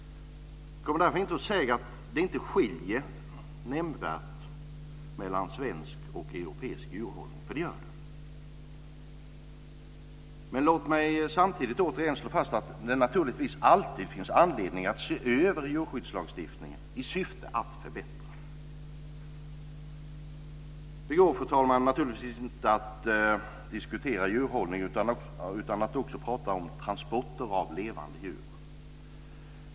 Kom därför inte och säg att det inte skiljer nämnvärt mellan svensk och europeisk djurhållning, för det gör det. Låt mig samtidigt återigen slå fast att det naturligtvis alltid finns anledning att se över djurskyddslagstiftningen i syfte att förbättra. Fru talman! Det går givetvis inte att diskutera djurhållningen utan att också tala om transporter av levande djur.